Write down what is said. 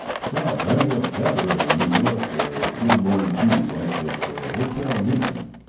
saw a bang-up cabaret in new york the good-morning cutie bunch at the hotel minton.